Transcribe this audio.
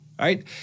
right